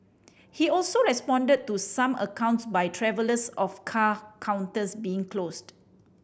he also responded to some accounts by travellers of car counters being closed